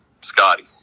Scotty